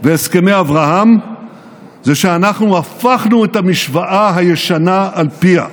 ולהסכמי אברהם זה שאנחנו הפכנו את המשוואה הישנה על פיה.